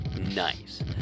Nice